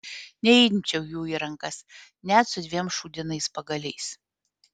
neimčiau jų į rankas net su dviem šūdinais pagaliais